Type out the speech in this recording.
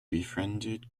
befriended